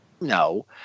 No